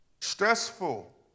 Stressful